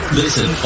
listen